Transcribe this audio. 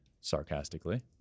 sarcastically